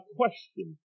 question